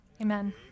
Amen